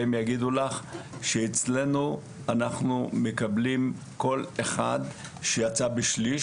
והם יגידו לך שאצלנו אנחנו מקבלים כל אחד שיצא בשליש,